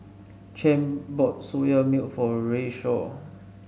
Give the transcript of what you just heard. Champ bought Soya Milk for Rayshawn